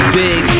big